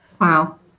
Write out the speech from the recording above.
Wow